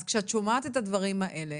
אז כשאת שומעת את הדברים האלה,